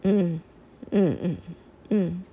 mm mm mm